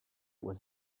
was